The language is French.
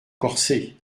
corser